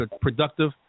productive